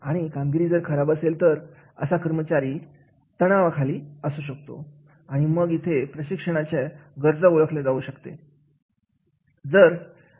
आणि कामगिरी जर खराब असेल तर असा कर्मचारी तणावाखाली असू शकतो आणि मग इथे प्रशिक्षणाची गरज ओळखली जाऊ शकते